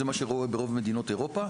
זה מה שקורה ברוב מדינות אירופה.